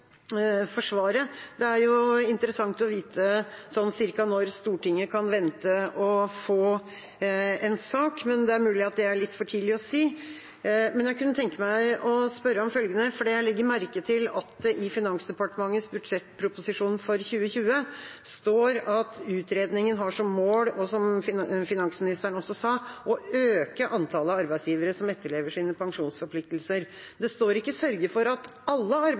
Det er interessant å vite sånn ca. når Stortinget kan vente å få en sak, men det er mulig det er litt for tidlig å si. Jeg kunne tenke meg å spørre om følgende, for jeg legger merke til at det i Finansdepartementets budsjettproposisjon for 2020 står at utredningen har som mål – som finansministeren også sa – å øke antallet arbeidsgivere som etterlever sine pensjonsforpliktelser. Det står ikke å sørge for at alle